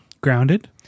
grounded